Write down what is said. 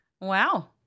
Wow